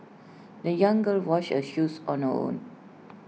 the young girl washed her shoes on her own